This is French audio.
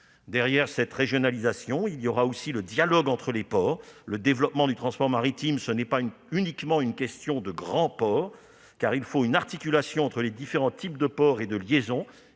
Derrière cette régionalisation, il y aura aussi le dialogue entre les ports. Le développement du transport maritime, ce n'est pas uniquement une question de « grands » ports, car il faut une articulation entre les différents types de ports et de liaisons,